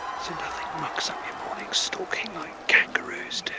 so nothing mucks up your morning's stalking like kangaroos do.